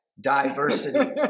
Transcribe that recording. diversity